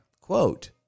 Quote